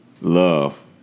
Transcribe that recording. love